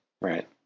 Right